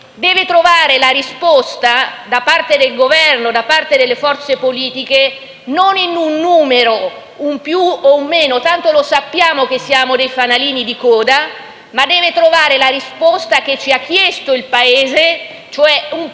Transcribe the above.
deve trovare risposta da parte del Governo e da parte delle forze politiche non in un numero, in un più o un meno (tanto lo sappiamo che siamo dei fanalini di coda), ma deve trovare la risposta che ci ha chiesto il Paese: tornare